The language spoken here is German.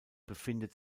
befindet